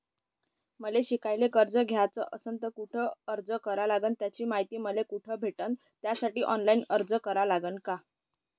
मले शिकायले कर्ज घ्याच असन तर कुठ अर्ज करा लागन त्याची मायती मले कुठी भेटन त्यासाठी ऑनलाईन अर्ज करा लागन का?